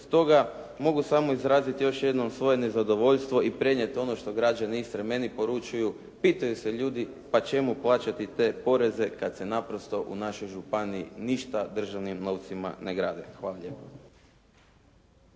Stoga mogu samo izraziti još jednom svoje nezadovoljstvo i prenijeti ono što građani Istre meni poručuju. Pitaju se ljudi pa čemu plaćati te poreze kad se naprosto u našoj županiji ništa državnim novcima ne gradi. Hvala lijepo.